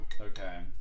Okay